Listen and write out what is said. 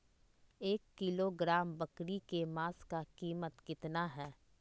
एक किलोग्राम बकरी के मांस का कीमत कितना है?